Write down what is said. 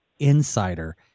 insider